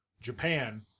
Japan